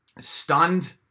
Stunned